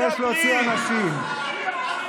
הכנסת רול, קריאה שנייה.